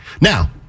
Now